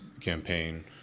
campaign